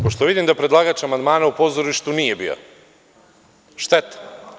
Pošto vidim da predlagač amandmana u pozorištu nije bio, šteta.